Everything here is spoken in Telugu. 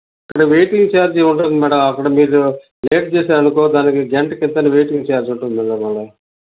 అంటే వెయిటింగ్ ఛార్జీ ఉంటుంది మేడం అక్కడ మీరు లేట్ చేసారనుకో దానికి గంటకింతని వెయిటింగ్ ఛార్జ్ ఉంటుంది కదా మళ్ళా